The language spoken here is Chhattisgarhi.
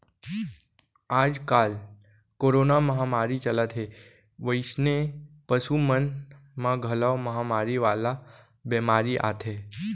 आजकाल कोरोना महामारी चलत हे वइसने पसु मन म घलौ महामारी वाला बेमारी आथे